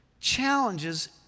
challenges